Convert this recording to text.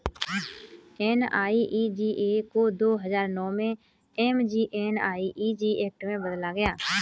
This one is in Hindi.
एन.आर.ई.जी.ए को दो हजार नौ में एम.जी.एन.आर.इ.जी एक्ट में बदला गया